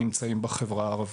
שנמצאים בחברה הערבית.